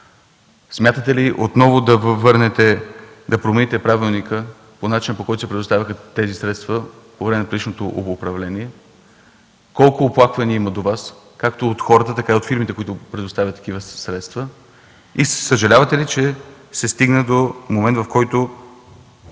Смятате ли отново да върнете, да промените правилника по начин, по който се предоставяха тези средства по време на предишното управление? Колко оплаквания има до Вас както от хората, така и от фирмите, които предоставят такива средства? Съжалявате ли, че се стигна до момент, в който